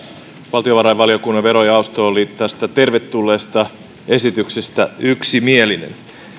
valtiovarainvaliokunnan verojaosto oli tästä tervetulleesta esityksestä yksimielinen